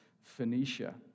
Phoenicia